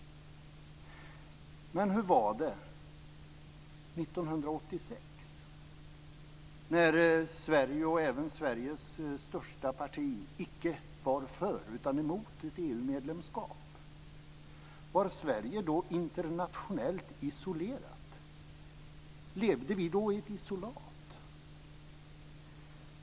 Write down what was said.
Hur var det 1986 när Sverige och även Sveriges största parti icke var för utan emot ett EU medlemskap? Var Sverige då internationellt isolerat? Levde vi då i ett isolat?